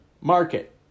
market